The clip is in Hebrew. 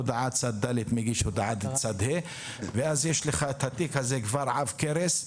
הודעת צד ד' מגיש הודעת צד ה' ואז יש לך תיק עב כרס,